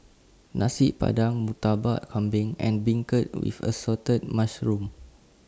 Nasi Padang Murtabak Kambing and Beancurd with Assorted Mushrooms